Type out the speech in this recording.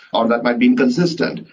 or that might be inconsistent.